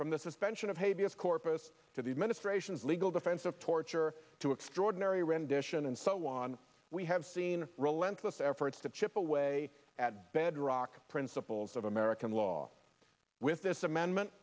from the suspension of habeas corpus to the administration's legal defense of torture to extraordinary rendition and so on we have seen relentless efforts to chip away at bedrock principles of american law with this amendment